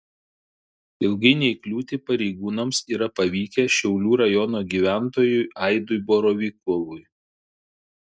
ilgai neįkliūti pareigūnams yra pavykę šiaulių rajono gyventojui aidui borovikovui